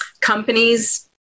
companies-